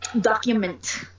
document